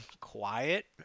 quiet